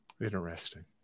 Interesting